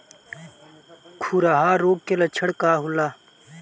खुरहा रोग के लक्षण का होला?